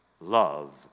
love